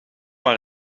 maar